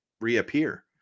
reappear